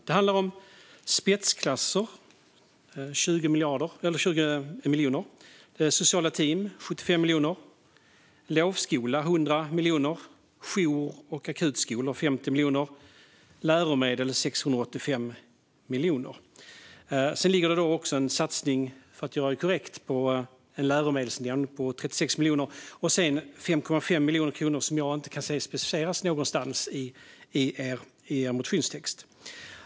Det handlar om 20 miljoner på spetsklasser, 75 miljoner på sociala team, 100 miljoner på lovskola, 50 miljoner på jour och akutskolor och 685 miljoner på läromedel. För att göra det korrekt: Det ligger en satsning på 36 miljoner på en läromedelsnämnd och sedan 5,5 miljoner som jag inte kan se specificeras någonstans i er motionstext.